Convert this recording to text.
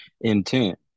intent